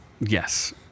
Yes